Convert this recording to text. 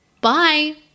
Bye